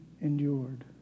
endured